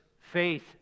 Faith